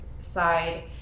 side